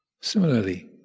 Similarly